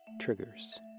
Triggers